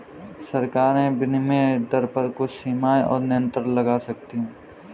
सरकारें विनिमय दर पर कुछ सीमाएँ और नियंत्रण लगा सकती हैं